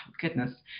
Goodness